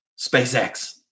SpaceX